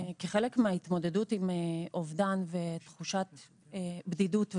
כחלק מההתמודדות עם אובדן ותחושת בדידות,